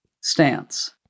stance